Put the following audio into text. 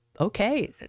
okay